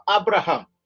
Abraham